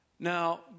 Now